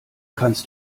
kannst